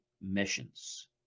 missions